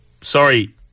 sorry